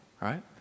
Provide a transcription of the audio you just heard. right